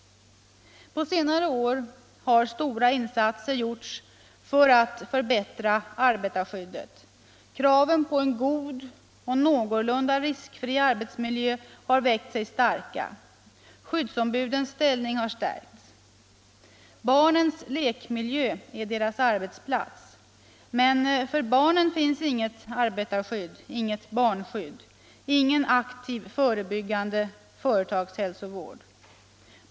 På senare år har stora insatser gjorts för att förbättra arbetarskyddet. Kraven på en god och någorlunda riskfri arbetsmiljö har växt sig starka. Skyddsombudens ställning har stärkts. Barnens lekmiljö är deras arbetsplats. Men för barnen finns inget arbetarskydd — inget barnskydd, ingen aktiv förebyggande företagshälsovård.